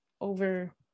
over